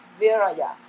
Viraya